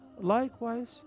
Likewise